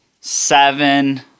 seven